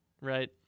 right